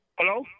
Hello